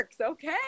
Okay